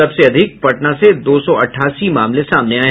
सबसे अधिक पटना से दो सौ अठासी मामले सामने आये